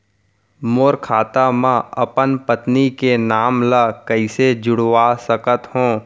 मोर खाता म अपन पत्नी के नाम ल कैसे जुड़वा सकत हो?